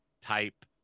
type